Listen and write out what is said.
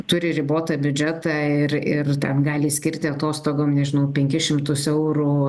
turi ribotą biudžetą ir ir ten gali skirti atostogom nežinau penkis šimtus eurų